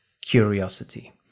curiosity